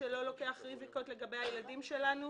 שלא לוקח סיכונים לגבי הילדים שלנו.